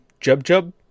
jub-jub